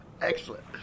excellent